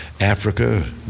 Africa